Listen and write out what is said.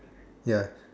ya